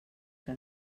que